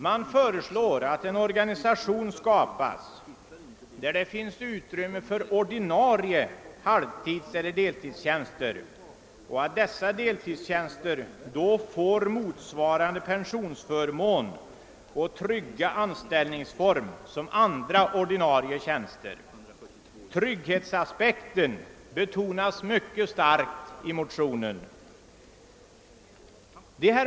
De föreslår att en organisation skapas där det finns ut rymme för ordinarie halvtidseller deltidstjänster och att dessa deltidstjänster då får pensionsförmåner och trygga anställningsformer som motsvarar vad som är förenat med andra ordinarie tjänster. Trygghetsaspekten betonas mycket starkt i motionerna.